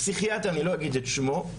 פסיכיאטר אני לא אגיד את שמו,